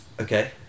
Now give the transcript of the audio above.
okay